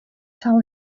tell